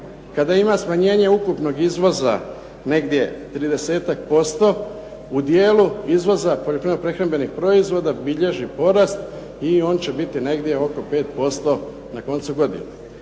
kada ima smanjenje ukupnog izvoza negdje tridesetak posto u dijelu izvoza poljoprivredno-prehrambenih proizvoda bilježi porast i on će biti negdje oko 5% na koncu godine.